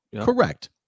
Correct